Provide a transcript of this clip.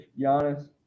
Giannis